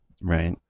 Right